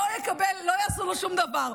לא יעשו לו שום דבר,